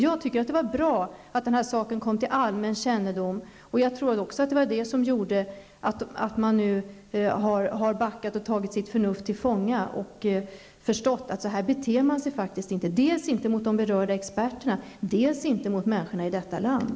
Jag tycker att det är bra att denna sak kom till allmän kännedom. Jag tror också att det var det som gjorde att de nu har backat och tagit sitt förnuft till fånga och förstått att man inte beter sig så här, vare sig mot de berörda experterna eller mot andra människor i detta land.